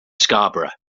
scarborough